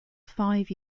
five